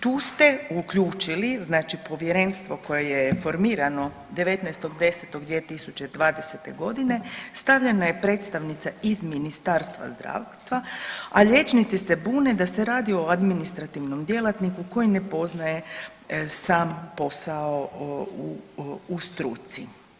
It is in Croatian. Tu ste uključili znači povjerenstvo koje je formirano 19.10.2020.g., stavljena je predstavnica iz Ministarstva zdravstva, a liječnici se bune da se radi o administrativnom djelatniku koji ne poznaje sam posao u struci.